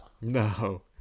No